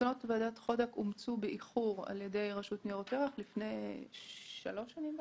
מסקנות ועדת חודק אומצו באיחור על ידי רשות ניירות ערך לפני שלוש שנים,